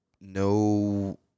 no